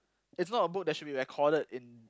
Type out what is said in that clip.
it's not a book that should be recorded in